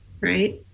right